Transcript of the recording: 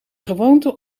gewoonte